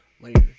later